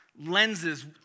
lenses